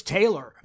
Taylor